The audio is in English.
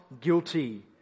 guilty